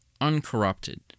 uncorrupted